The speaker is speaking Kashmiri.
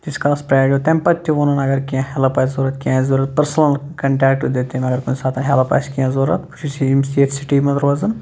تیٖتِس کالَس پرٛاریو تَمہِ پَتہٕ تہِ ووٚنُن اگر کینٛہہ ہٮ۪لٕپ آسہِ ضوٚرَتھ کینٛہہ آسہِ ضوٚرَتھ پٔرسٕنَل کَنٹیکٹ تہِ دیُت تٔمۍ اگر کُنہِ ساتہٕ آسہِ ہٮ۪لٕپ آسہِ کینٛہہ ضوٚرَتھ بہٕ چھُس ییٚمہِ ییٚتھۍ سِٹی منٛز روزان